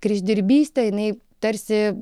kryždirbystę jinai tarsi